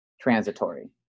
transitory